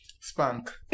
Spank